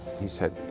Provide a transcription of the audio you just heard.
he said